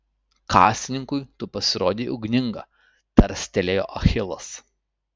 kasininkui tu pasirodei ugninga tarstelėjo achilas